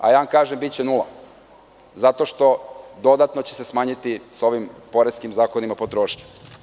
Ja vam kažem – biće nula, zato što će se dodatno smanjiti sa ovim poreskim zakonima potrošnja.